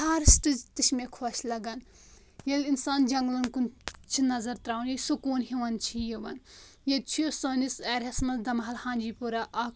forests تہِ چھِ مےٚ خۄش لگان ییٚلہِ انسان جنگلن کُن چھُ نظر ترٛاوان یہِ سکوٗن ہیوٗ چھُ یِوان ییٚتہِ چھ سٲنِس ایریاہس منٛز دمحال ہانٛجی پورا اکھ